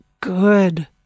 good